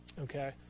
okay